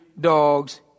dogs